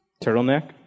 turtleneck